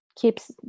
keeps